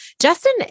Justin